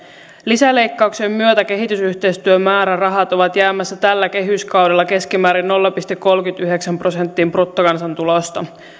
lisäleikkauksen myötä kehitysyhteistyön määrärahat ovat jäämässä tällä kehyskaudella keskimäärin nolla pilkku kolmeenkymmeneenyhdeksään prosenttiin bruttokansantulosta